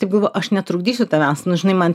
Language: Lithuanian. tai buvo aš netrukdysiu tavęs nu žinai man